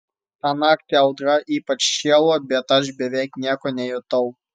tą naktį audra ypač šėlo bet aš beveik nieko nejutau